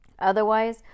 Otherwise